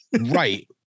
Right